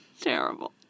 Terrible